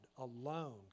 alone